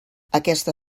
aquesta